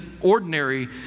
ordinary